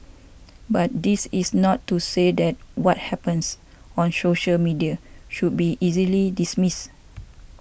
but this is not to say that what happens on social media should be easily dismissed